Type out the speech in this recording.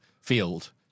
field